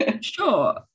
Sure